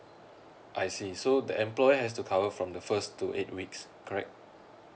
I see so the employer has to cover from the first to eight weeks correct